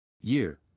Year